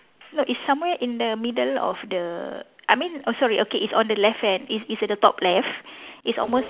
no it's somewhere in the middle of the I mean oh sorry okay it's on the left hand it's it's at the top left it's almost